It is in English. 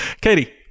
Katie